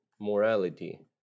morality